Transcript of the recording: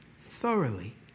thoroughly